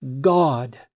God